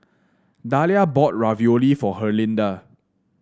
Dahlia bought Ravioli for Herlinda